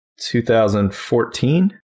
2014